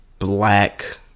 black